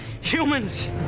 Humans